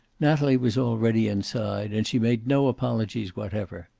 natalie was already inside, and she made no apologies whatever.